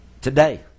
today